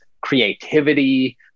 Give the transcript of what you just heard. creativity